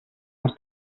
nas